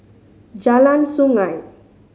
Jalan Sungei